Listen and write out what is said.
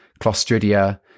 clostridia